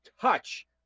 touch